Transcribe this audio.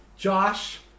Josh